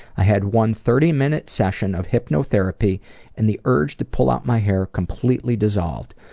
i had one thirty minute session of hypnotherapy and the urge to pull out my hair completely dissolved.